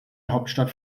hauptstadt